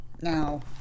Now